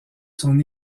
son